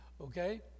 okay